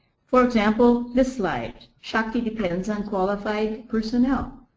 for example, this slide, shakti depends on qualified personnel.